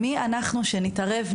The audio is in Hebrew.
מי אנחנו שנתערב,